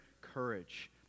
courage